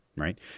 right